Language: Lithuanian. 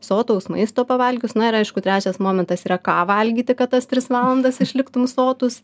sotaus maisto pavalgius na ir aišku trečias momentas yra ką valgyti kad tas tris valandas išliktum sotus